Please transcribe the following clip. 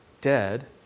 dead